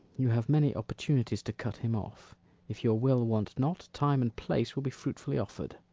you have many opportunities to cut him off if your will want not, time and place will be fruitfully offered.